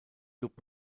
dub